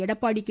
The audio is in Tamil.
எடப்பாடி கே